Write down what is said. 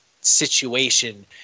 situation